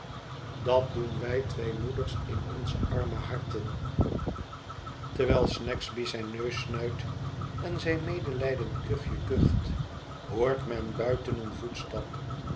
dat doen wij twee moeders in onze arme harten terwijl snagsby zijn neus snuit en zijn medelijdend kuchje kucht hoort men buiten een voetstap